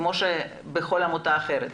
כמו שבכל עמותה אחרת.